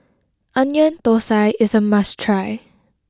Onion Thosai is a must try